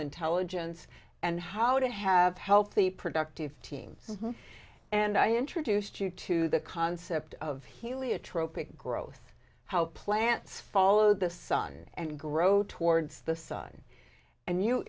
intelligence and how to have healthy productive teams and i introduced you to the concept of heliotrope growth how plants follow the sun and grow towards the sun and you